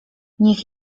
niech